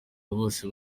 bose